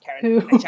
Karen